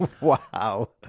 wow